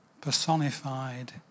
personified